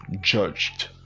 judged